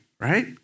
right